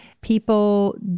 people